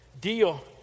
deal